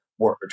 Word